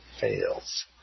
fails